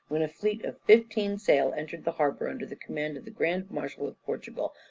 when a fleet of fifteen sail entered the harbour, under the command of the grand marshal of portugal,